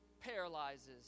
paralyzes